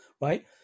right